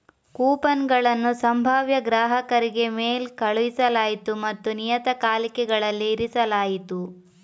ಕೂಪನುಗಳನ್ನು ಸಂಭಾವ್ಯ ಗ್ರಾಹಕರಿಗೆ ಮೇಲ್ ಕಳುಹಿಸಲಾಯಿತು ಮತ್ತು ನಿಯತಕಾಲಿಕೆಗಳಲ್ಲಿ ಇರಿಸಲಾಯಿತು